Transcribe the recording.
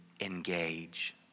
engage